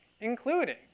including